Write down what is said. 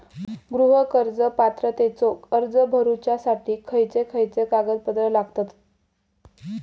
गृह कर्ज पात्रतेचो अर्ज भरुच्यासाठी खयचे खयचे कागदपत्र लागतत?